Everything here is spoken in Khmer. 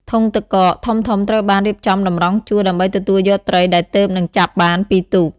ធុងទឹកកក ធំៗត្រូវបានរៀបចំតម្រង់ជួរ ដើម្បីទទួលយកត្រីដែលទើបនឹងចាប់បានពីទូក។